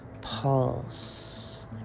Pulse